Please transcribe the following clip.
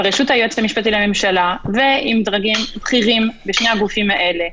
זה נעשה בראשות היועץ המשפטי לממשלה ועם דרגים בכירים בשני הגופים האלה.